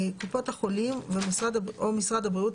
קופת חולים או משרד הבריאות,